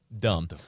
dumb